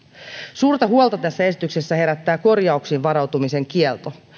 suurta huolta tässä esityksessä herättää korjauksiin varautumisen kielto